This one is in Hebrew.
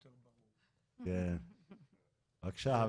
בבקשה.